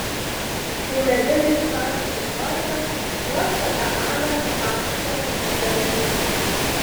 kai merginai sukako šešiolika jos teta ana papasakojo kad dalia mirė